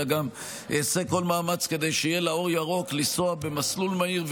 אלא גם אעשה כל מאמץ כדי שיהיה לה אור ירוק לנסוע במסלול מהיר,